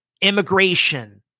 Immigration